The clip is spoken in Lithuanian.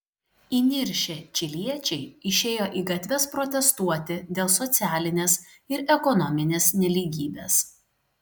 įniršę čiliečiai išėjo į gatves protestuoti dėl socialinės ir ekonominės nelygybės